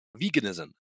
veganism